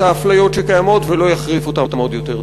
האפליות שקיימות ולא יחריף אותן עוד יותר.